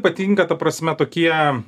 patinka ta prasme tokie